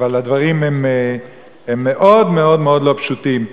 הדברים הם מאוד מאוד לא פשוטים.